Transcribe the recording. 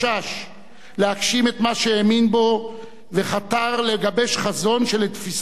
להגשים את מה שהאמין בו וחתר לגבש חזון שלתפיסתו